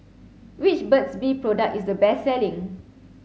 which Burt's bee product is the best selling